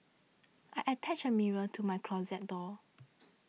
I attached a mirror to my closet door